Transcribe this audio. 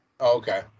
Okay